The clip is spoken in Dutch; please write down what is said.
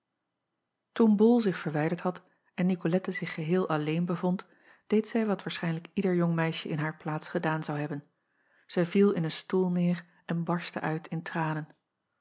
oen ol zich verwijderd had en icolette zich geheel alleen bevond deed zij wat waarschijnlijk ieder jong meisje in hare plaats gedaan zou hebben zij viel in een stoel neêr en barstte uit in tranen